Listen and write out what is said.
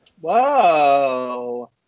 Whoa